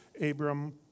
Abram